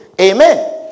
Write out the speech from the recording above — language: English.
Amen